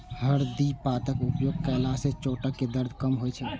हरदि पातक उपयोग कयला सं चोटक दर्द कम होइ छै